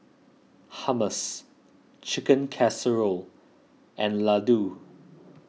Hummus Chicken Casserole and Ladoo